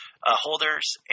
holders